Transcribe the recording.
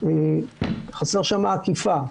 חסר שם אכיפה.